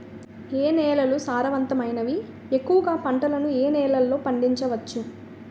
ఏ నేలలు సారవంతమైనవి? ఎక్కువ గా పంటలను ఏ నేలల్లో పండించ వచ్చు?